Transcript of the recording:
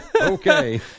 Okay